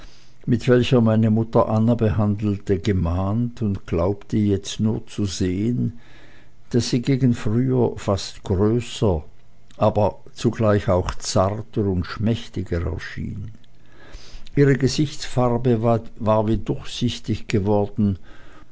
mit welcher meine mutter anna behandelte gemahnt und glaubte jetzt nur zu sehen daß sie gegen früher fast größer aber auch zugleich zarter und schmächtiger erschien ihre gesichtsfarbe war wie durchsichtig geworden